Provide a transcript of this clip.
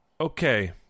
Okay